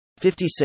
56